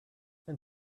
and